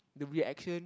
the reaction